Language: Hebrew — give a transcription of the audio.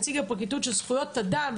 נציג הפרקליטות שזכויות אדם,